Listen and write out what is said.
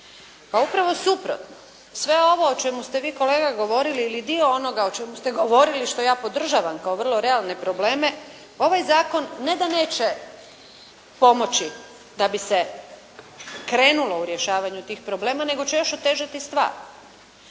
Pa upravo suprotno, sve ovo o čemu ste vi kolega govorili ili dio onoga o čemu ste govorili što ja podržavam kao vrlo realne probleme, ovaj zakon ne da neće pomoći da bi se krenulo u rješavanju tih problema, nego će još otežati stvar.